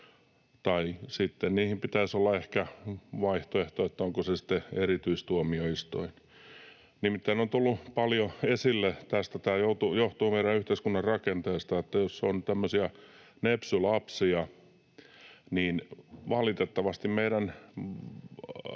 Tai sitten niihin pitäisi olla ehkä vaihtoehto, olisiko se sitten erityistuomioistuin. Nimittäin on tullut paljon esille — tämä johtuu meidän yhteiskunnan rakenteesta — että jos on tämmöisiä nepsy-lapsia, niin valitettavasti meidän